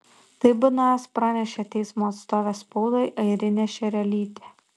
tai bns pranešė teismo atstovė spaudai airinė šerelytė